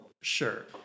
sure